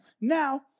now